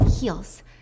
heels